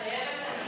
מתחייבת אני.